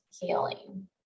healing